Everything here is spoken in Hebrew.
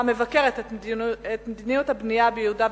המבקרת את מדיניות הבנייה ביהודה ושומרון,